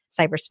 cyberspace